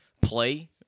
play